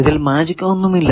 ഇതിൽ മാജിക് ഒന്നും ഇല്ല